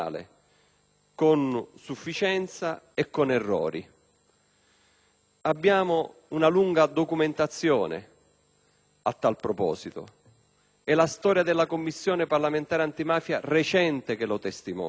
con sufficienza e con errori. Abbiamo una vasta documentazione a tale proposito: è la storia della Commissione parlamentare antimafia recente che lo testimonia.